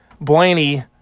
Blaney